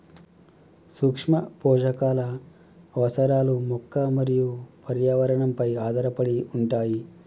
సూక్ష్మపోషకాల అవసరాలు మొక్క మరియు పర్యావరణంపై ఆధారపడి ఉంటాయి